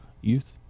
youth